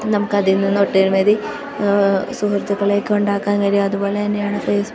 നമുക്കതിൽ നിന്ന് ഒട്ടനവധി സുഹൃത്തുക്കളെയൊക്കെ ഉണ്ടാക്കാൻ കഴിയും അതു പോലെ തന്നെയാണ് ഫേയ്സ്ബുക്കും